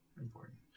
important